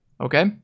Okay